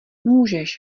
můžeš